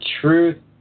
Truth